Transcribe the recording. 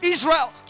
Israel